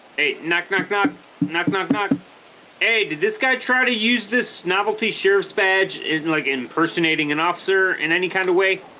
hey knock knock knock knock knock knock hey did this guy try to use this novelty sheriff's badge and like impersonating an officer in any kind of way